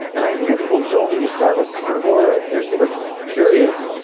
i think that people don't need to start with carnivore. if they're super curious,